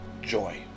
joy